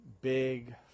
big